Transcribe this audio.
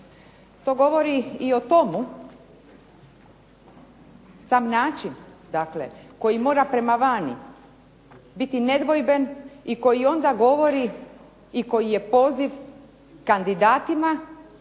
To govori i o tomu, sam način dakle koji mora prema vani biti nedvojben i koji onda govori i koji je poziv kandidatima,